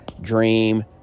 dream